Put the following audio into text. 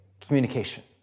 communication